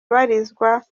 abarizwa